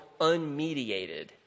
unmediated